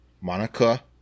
Monica